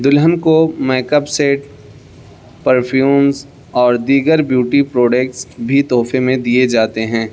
دلہن کو makeup سے پرفیومز اور دیگر بیوٹی پروڈکٹس بھی تحفے میں دیے جاتے ہیں